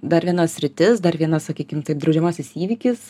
dar viena sritis dar viena sakykim taip draudžiamasis įvykis